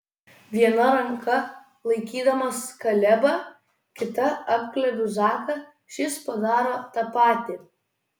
viena ranka laikydamas kalebą kita apglėbiu zaką šis padaro tą patį